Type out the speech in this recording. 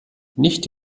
nicht